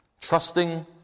Trusting